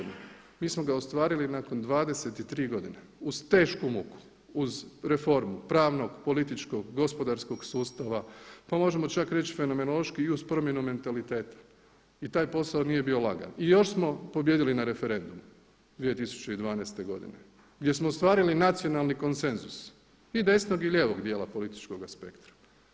Mi smo ga ostvarili nakon 23 godine uz tešku muku, uz reformu pravnog, političkog, gospodarskog sustava, pa možemo čak reći fenomenološki i uz promjenu mentaliteta i taj posao nije bio ni lagan i još smo pobijedili na referendumu 2012. godine, gdje smo ostvarili nacionalni konsenzus i desnog i lijevog dijela političkog spektra.